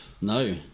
No